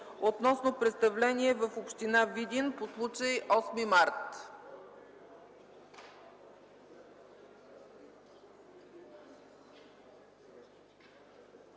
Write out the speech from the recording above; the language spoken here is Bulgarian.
относно представление в община Видин по случай Осми март.